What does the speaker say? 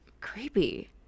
creepy